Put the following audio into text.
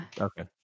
Okay